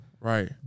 right